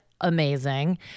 Amazing